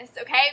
okay